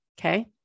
okay